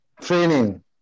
training